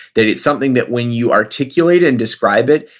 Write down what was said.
that it's something that when you articulate and describe it,